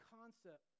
concept